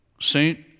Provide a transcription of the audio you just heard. Saint